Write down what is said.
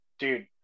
dude